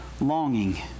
longing